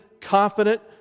confident